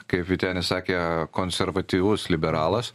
kaip vytenis sakė konservatyvus liberalas